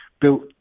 built